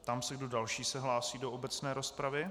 Ptám se, kdo další se hlásí do obecné rozpravy.